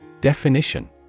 Definition